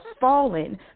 fallen